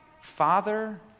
Father